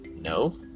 No